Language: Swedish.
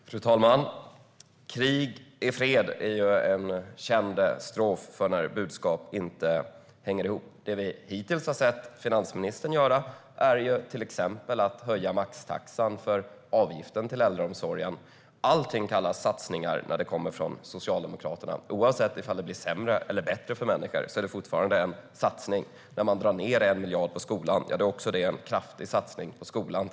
Fru talman! Krig är fred. Det är en känd strof för när budskap inte hänger ihop. Det vi hittills har sett finansministern göra är till exempel att höja maxtaxan för avgiften till äldreomsorgen. Allting kallas för satsningar när det kommer från Socialdemokraterna. Oavsett om det blir sämre eller bättre för människor är det fortfarande en satsning. När man drar ned 1 miljard på skolan är det en kraftig satsning på skolan.